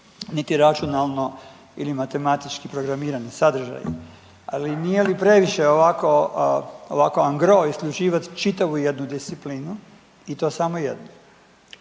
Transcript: niti računalno ili matematičko programirani sadržaji, ali nije li previše ovako angro isključivati čitavu jednu disciplinu i to samo jedno.